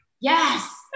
Yes